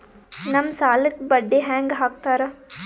ನಮ್ ಸಾಲಕ್ ಬಡ್ಡಿ ಹ್ಯಾಂಗ ಹಾಕ್ತಾರ?